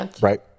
Right